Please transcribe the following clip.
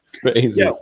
Crazy